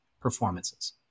performances